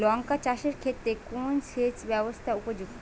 লঙ্কা চাষের ক্ষেত্রে কোন সেচব্যবস্থা উপযুক্ত?